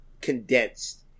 condensed